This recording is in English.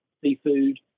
seafood